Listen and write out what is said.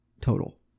total